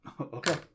Okay